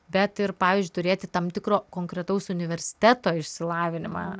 bet ir pavyzdžiui turėti tam tikro konkretaus universiteto išsilavinimą